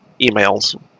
emails